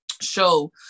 show